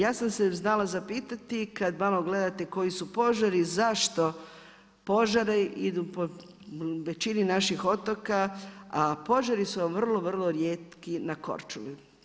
Ja sam se znala zapitati kada malo gledate koji su požari, zašto požari idu po većini naših otoka, a požari su vam vrlo, vrlo rijetki na Korčuli.